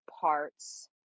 parts